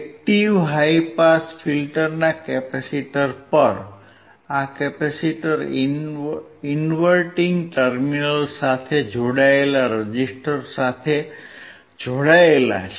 active high pass ફિલ્ટરના capacitor પર આ કેપેસિટર ઇન્વર્ટીંગ ટર્મિનલ સાથે જોડાયેલા રેઝિસ્ટર્સ સાથે જોડાયેલ છે